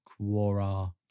Quora